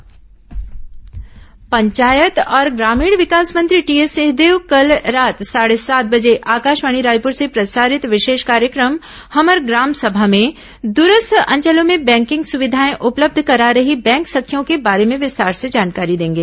हमर ग्राम सभा पंचायत और ग्रामीण विकास मंत्री टीएस सिंहदेव कल रात साढ़े सात बजे आकाशवाणी रायपुर से प्रसारित विशेष कार्यक्रम हमर ग्राम सभा में दूरस्थ अंचलों में बैंकिंग सुविधाएं उपलब्य करा रहीं बैंक सखियों के बारे में विस्तार से जानकारी देंगे